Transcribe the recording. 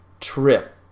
trip